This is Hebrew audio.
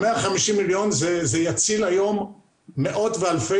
ה-150 מיליון האלה יצילו היום מאות ואלפי